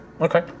Okay